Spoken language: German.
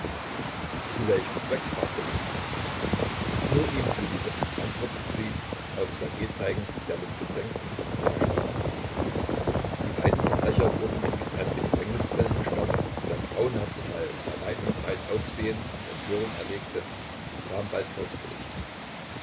zu welchem zweck fragte man sie nur ihm zuliebe antwortete sie auf ssergej zeigend der mit gesenktem kopf dastand die beiden verbrecher wurden in getrennte gefängniszellen gesperrt und der grauenhafte fall der weit und breit aufsehen und empörung erregte kam bald vors gericht